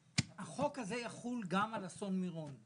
החוק הזה יחול גם על אסון מירון.